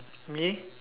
me